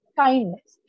kindness